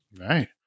Right